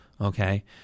Okay